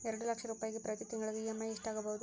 ಎರಡು ಲಕ್ಷ ರೂಪಾಯಿಗೆ ಪ್ರತಿ ತಿಂಗಳಿಗೆ ಇ.ಎಮ್.ಐ ಎಷ್ಟಾಗಬಹುದು?